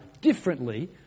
differently